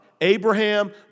Abraham